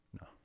No